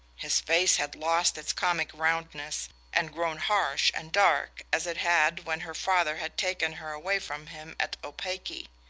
his face had lost its comic roundness and grown harsh and dark, as it had when her father had taken her away from him at opake. he